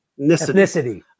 ethnicity